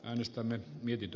arvoisa puhemies